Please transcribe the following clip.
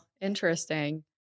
interesting